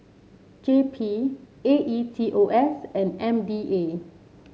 J P A E T O S and M D A